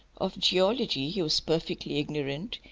of geology he was perfectly ignorant,